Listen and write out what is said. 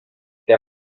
der